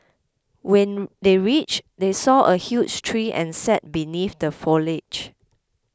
when they reached they saw a huge tree and sat beneath the foliage